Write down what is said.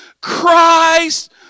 Christ